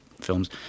films